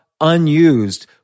unused